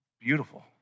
Beautiful